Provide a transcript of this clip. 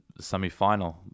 semifinal